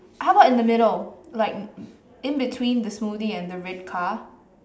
how about in the middle like in between the smoothie and the red car